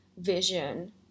vision